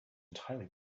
entirely